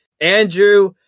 Andrew